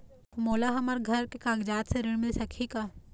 मोला हमर घर के कागजात से ऋण मिल सकही का?